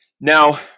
Now